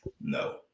No